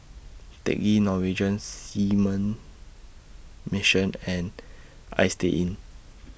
Teck Ghee Norwegian Seamen's Mission and Istay Inn